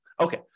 Okay